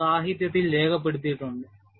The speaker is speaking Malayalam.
അതും സാഹിത്യത്തിൽ രേഖപ്പെടുത്തിയിട്ടുണ്ട്